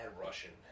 Russian